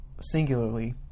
singularly